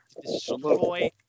destroy